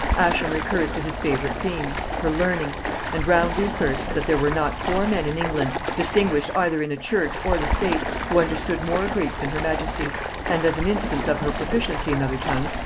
ascham recurs to his favorite theme her learning and roundly asserts, that there were not four men in england, distinguished either in the church or the state, who understood more greek than her majesty and as an instance of her proficiency in other tongues,